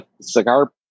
cigar